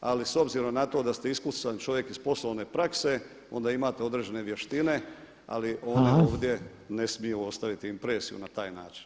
ali s obzirom na to da ste iskusan čovjek iz poslovne prakse onda imate određene vještine, ali one ovdje ne smiju ostaviti impresiju na taj način.